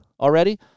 already